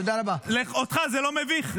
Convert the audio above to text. אותך זה לא מביך,